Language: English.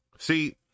See